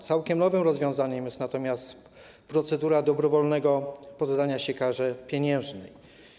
Całkiem nowym rozwiązaniem jest natomiast procedura dobrowolnego poddawania się karze pieniężnej.